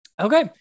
Okay